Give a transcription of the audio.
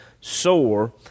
sore